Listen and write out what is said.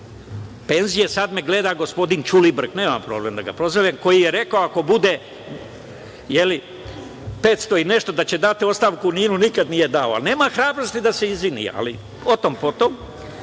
penzije. Sada me gleda, gospodin Đulibrk, a nemam problem da ga prozovem, koji je rekao, ako bude 500 i nešto da će dati ostavku u NIN-u, nikada nije dao. Nema hrabrosti da se izvini, ali o tom potom. Dakle,